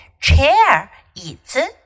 chair,椅子